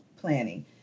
planning